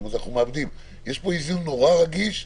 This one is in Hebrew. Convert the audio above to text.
יש כאן איזון רגיש מאוד,